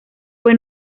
fue